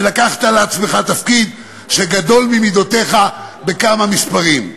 ולקחת לעצמך תפקיד שגדול ממידותיך בכמה מספרים.